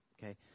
okay